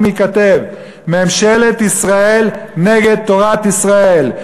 ייכתב: ממשלת ישראל נגד תורת ישראל.